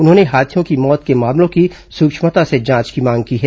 उन्होंने हाथियों की मौत के मामलों की सूक्ष्मता से जांच की मांग की है